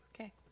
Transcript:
Okay